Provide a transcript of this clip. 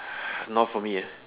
not for me eh